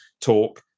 talk